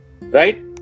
Right